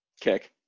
Kick